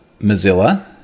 Mozilla